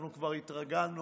אנחנו כבר התרגלנו.